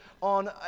on